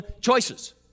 choices